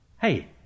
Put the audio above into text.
hey